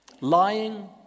Lying